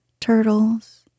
turtles